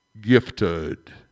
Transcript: gifted